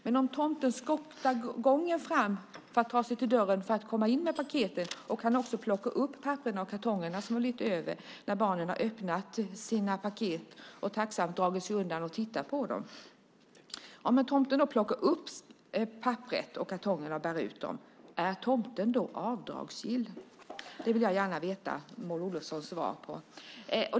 Men om tomten skottar gången för att ta sig fram till dörren och komma in med paketen och han också plockar upp papperen och kartongerna som blivit över och bär ut dem när barnen har öppnat sina paket och tacksamt dragit sig undan för att titta på dem, är tomten då avdragsgill? Det vill jag gärna höra Maud Olofssons svar på.